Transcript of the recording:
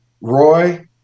Roy